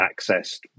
accessed